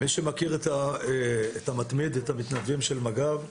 מי שמכיר את המתמיד, את המתנדבים של מג"ב,